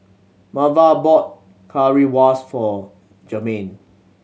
Marva bought Currywurst for Jermain